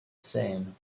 same